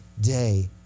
day